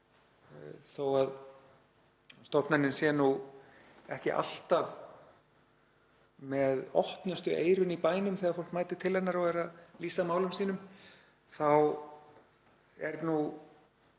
Þó að stofnunin sé nú ekki alltaf með opnustu eyrun í bænum þegar fólk mætir til hennar og lýsir málum sínum þá er nú